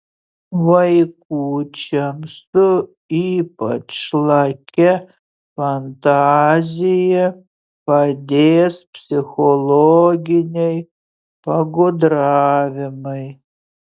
vaikučiams su ypač lakia fantazija padės psichologiniai pagudravimai